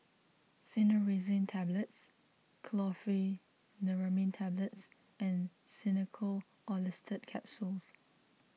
Cinnarizine Tablets Chlorpheniramine Tablets and Xenical Orlistat Capsules